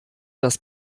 das